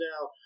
now